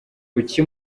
kuki